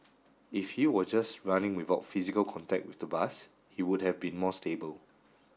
if he was just running without physical contact with the bus he would have been more stable